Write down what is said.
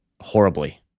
horribly